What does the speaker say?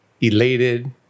elated